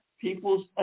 people's